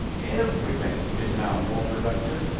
everything is now more productive,